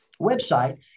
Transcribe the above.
website